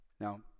Now